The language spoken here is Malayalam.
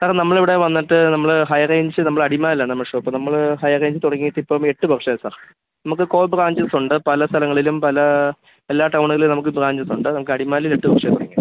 സാറെ നമ്മളിവിടെ വന്നിട്ട് നമ്മൾ ഹൈറേഞ്ച് നമ്മൾ അടിമാലിയിലാ നമ്മുടെ ഷോപ്പ് നമ്മൾ ഹൈറേഞ്ച് തുടങ്ങിയിട്ട് ഇപ്പം എട്ട് വർഷമായി സാർ നമുക്ക് കോബ്രാഞ്ചസുണ്ട് പല സ്ഥലങ്ങളിലും പല എല്ലാ ടൗണിലും നമുക്ക് ബ്രാഞ്ചസുണ്ട് നമുക്ക് അടിമാലിയിൽ എട്ട് വർഷമായി വർഷമായി തുടങ്ങിയിട്ട്